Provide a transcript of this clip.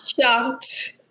shocked